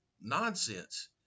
nonsense